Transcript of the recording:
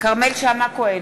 כרמל שאמה-הכהן,